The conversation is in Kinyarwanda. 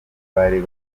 batangiye